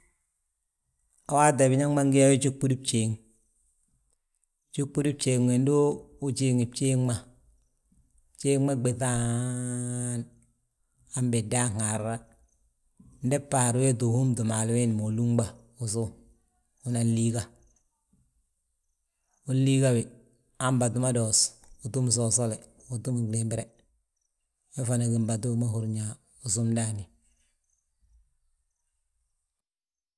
A waati we biñaŋ ma ngi yo yaa júɓudin bjéeŋ. Júɓudin bjéeŋ we ndu ujiiŋi bjéeŋ ma, bjéeŋ ma ɓéŧa haan, han bindan haarra, ndi bhaar we wéeti uhúmti maalu wiindi ma ulunɓa usów. Unan liiga, unliiga wi han mbatu ma doos, utúm sosole, utúm glimbire we fan gí mbatu wi ma húrin yaa, wi súm ndaani.